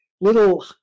little